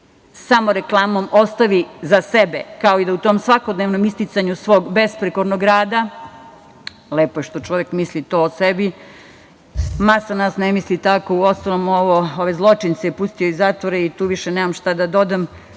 samoreklamom ostavi za sebe, kao i da u tom svakodnevnom isticanju svog besprekornog rada, lepo je što čovek misli to o sebi, masa nas ne misli tako, uostalom, ove zločince je pustio iz zatvora i tu više nemam šta da dodam,